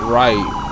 right